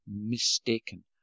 mistaken